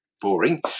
boring